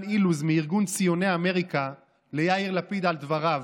אילוז מארגון ציוני אמריקה ליאיר לפיד על דבריו.